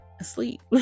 asleep